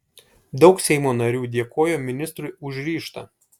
daug seimo narių dėkojo ministrui už ryžtą